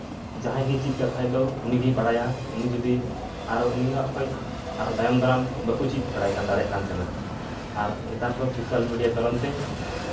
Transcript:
ᱡᱟᱦᱟᱸᱭ ᱜᱮᱭ ᱪᱮᱫ ᱠᱟᱜ ᱠᱷᱟᱡ ᱫᱚ ᱩᱱᱤ ᱜᱮᱭ ᱵᱟᱲᱟᱭᱟ ᱩᱱᱤ ᱡᱩᱫᱤ ᱩᱱᱤ ᱦᱚᱸ ᱚᱠᱚᱭ ᱟᱨ ᱛᱟᱭᱚᱢ ᱫᱟᱨᱟᱢ ᱵᱟᱠᱚ ᱪᱮᱫ ᱫᱟᱲᱮᱭᱟᱜ ᱠᱟᱱ ᱛᱟᱦᱮᱱᱟ ᱟᱨ ᱱᱮᱛᱟᱨ ᱫᱚ ᱥᱳᱥᱟᱞ ᱢᱤᱰᱤᱭᱟ ᱠᱟᱨᱚᱱ ᱛᱮ